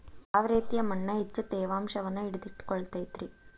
ಯಾವ ರೇತಿಯ ಮಣ್ಣ ಹೆಚ್ಚು ತೇವಾಂಶವನ್ನ ಹಿಡಿದಿಟ್ಟುಕೊಳ್ಳತೈತ್ರಿ?